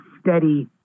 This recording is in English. steady